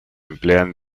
emplean